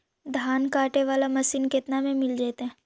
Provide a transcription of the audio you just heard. धान काटे वाला मशीन केतना में मिल जैतै?